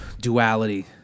duality